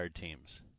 teams